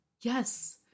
Yes